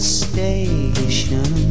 station